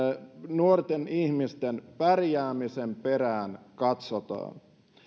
nuorten ihmisten pärjäämisen perään katsotaan